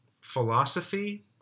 philosophy